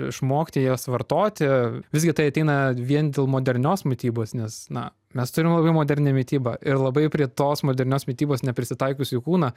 išmokti juos vartoti visgi tai ateina vien dėl modernios mitybos nes na mes turim labai modernią mitybą ir labai prie tos modernios mitybos neprisitaikiusiųjų kūną